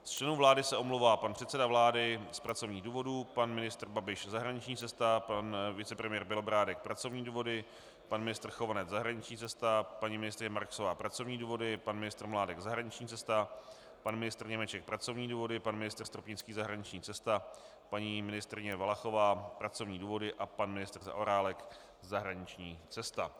Z členů vlády se omlouvá pan předseda vlády z pracovních důvodů, pan ministr Babiš zahraniční cesta, pan vicepremiér Bělobrádek pracovní důvody, pan ministr Chovanec zahraniční cesta, paní ministryně Marksová pracovní důvody, pan ministr Mládek zahraniční cesta, pan ministr Němeček pracovní důvody, pan ministr Stropnický zahraniční cesta, paní ministryně Valachová pracovní důvody a pan ministr Zaorálek zahraniční cesta.